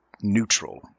neutral